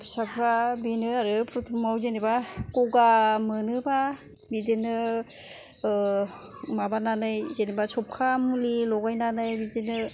दा फिसाफ्रा बेनो आरो प्रथ'माव जेनेबा गगा मोनोबा बिदिनो माबानानै जेनेबा सौका मुलि लगायनानै बिदिनो